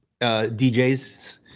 DJs